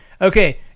Okay